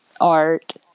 art